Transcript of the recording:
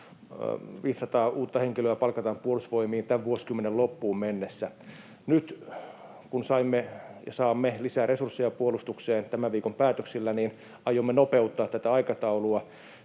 500 uutta henkilöä palkataan Puolustusvoimiin tämän vuosikymmenen loppuun mennessä. Nyt kun saamme lisää resursseja puolustukseen tämän viikon päätöksillä, niin aiomme nopeuttaa tätä aikataulua